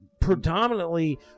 predominantly